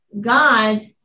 God